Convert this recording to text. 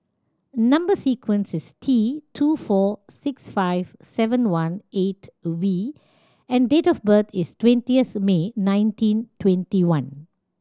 number sequence is T two four six five seven one eight V and date of birth is twenteith May nineteen twenty one